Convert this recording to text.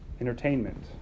entertainment